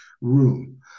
room